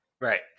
Right